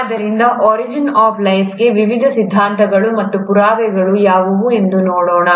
ಆದ್ದರಿಂದ origin of ಲೈಫ್ಗೆ ವಿವಿಧ ಸಿದ್ಧಾಂತಗಳು ಮತ್ತು ಪುರಾವೆಗಳು ಯಾವುವು ಎಂದು ನೋಡೋಣ